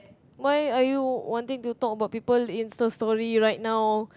why are you wanting to talk about people instastory right now